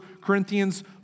Corinthians